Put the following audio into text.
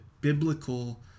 biblical